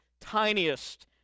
tiniest